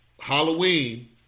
Halloween